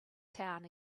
town